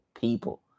people